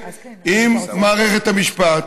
עם מערכת המשפט,